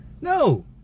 No